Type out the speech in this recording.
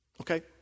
okay